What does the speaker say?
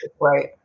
Right